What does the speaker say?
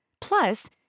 Plus